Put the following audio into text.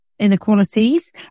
Inequalities